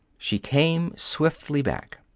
she came swiftly back.